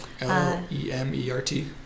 l-e-m-e-r-t